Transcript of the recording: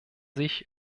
sich